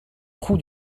trou